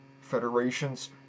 federations